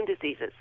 diseases